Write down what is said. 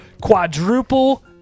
Quadruple